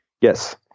Yes